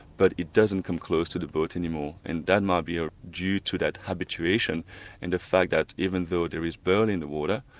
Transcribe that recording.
but it doesn't come close to the boat anymore and that might ah be ah due to that habituation and the fact that even though there is burley in the water,